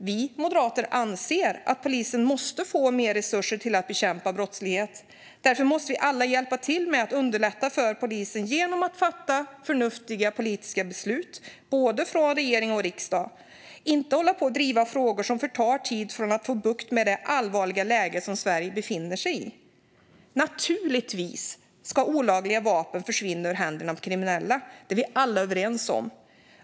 Vi moderater anser att polisen måste få mer resurser för att bekämpa brottslighet. Därför måste vi alla hjälpa till med att underlätta för polisen genom att fatta förnuftiga politiska beslut, från både regering och riksdag, och inte driva frågor som tar tid från arbetet med att få bukt med det allvarliga läge som Sverige befinner sig i. Naturligtvis ska olagliga vapen försvinna ur händerna på kriminella; det är vi alla överens om.